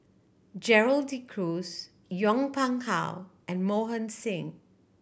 Gerald De Cruz Yong Pung How and Mohan Singh